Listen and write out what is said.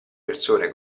persone